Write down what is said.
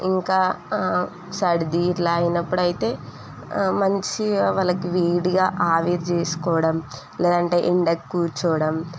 ఇంకా సర్ది ఇట్లా అయినప్పుడయితే మంచిగ వాళ్ళకి వేడిగా ఆవిరి చేసుకోవడం లేదంటే ఎండకు కూర్చోవడం